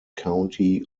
county